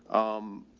um,